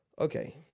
Okay